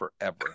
forever